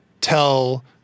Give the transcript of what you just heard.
tell